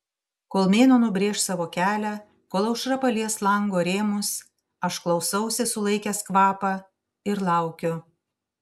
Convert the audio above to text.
kol mėnuo nubrėš savo kelią kol aušra palies lango rėmus aš klausausi sulaikęs kvapą ir laukiu